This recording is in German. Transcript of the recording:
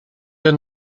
der